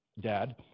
Dad